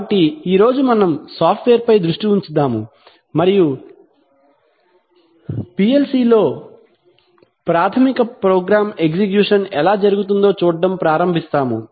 కాబట్టి ఈ రోజు మనం సాఫ్ట్వేర్ పై దృష్టి ఉంచుదాము మరియు పిఎల్సిలో ప్రాథమిక ప్రోగ్రామ్ ఎగ్జిక్యూషన్ ఎలా జరుగుతుందో చూడటం ప్రారంభిస్తాము